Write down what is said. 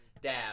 Dab